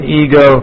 ego